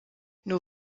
nur